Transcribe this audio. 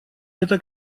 это